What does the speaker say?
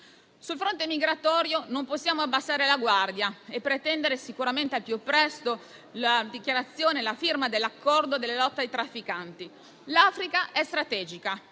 Sul fronte migratorio non possiamo abbassare la guardia e pretendere sicuramente al più presto la firma dell'accordo sulla lotta ai trafficanti. L'Africa è strategica: